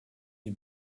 les